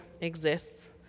exists